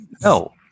No